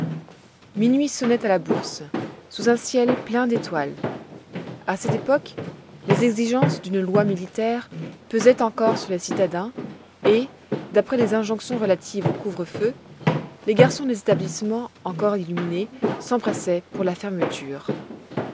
minuit sonnait à la bourse sous un ciel plein d'étoiles à cette époque les exigences d'une loi militaire pesaient encore sur les citadins et d'après les injonctions relatives au couvre-feu les garçons des établissements encore illuminés s'empressaient pour la fermeture